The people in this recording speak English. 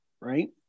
right